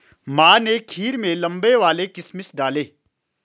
माँ ने खीर में लंबे वाले किशमिश डाले